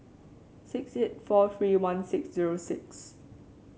six eight four three one six zero six